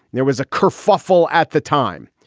there was a kerfuffle at the time.